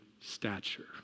stature